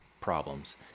problems